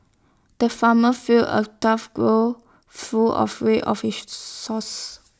the farmer filled A tough full of hay of his sauce